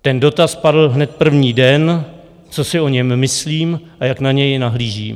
Ten dotaz padl hned první den, co si o něm myslím a jak na něj nahlížím.